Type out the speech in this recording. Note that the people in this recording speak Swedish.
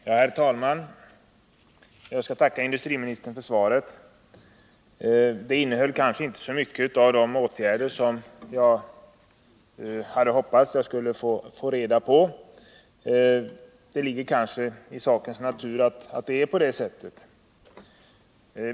Herr talman! Jag skall tacka industriministern för svaret. Det innehöll kanske inte så mycket om sådana åtgärder som jag hade hoppats på. Det ligger kanske i sakens natur att det är på det sättet.